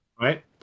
right